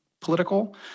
political